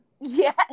Yes